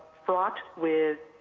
fraught with